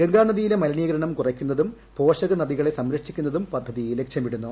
ഗംഗാനദിയിലെ മലീനീകരണം കുറയ്ക്കുന്നതും പോഷകനദികളെ സംരക്ഷിക്കുന്നതും പദ്ധതി ലക്ഷ്യമിടുന്നു